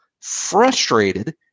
frustrated